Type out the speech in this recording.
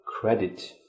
credit